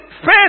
face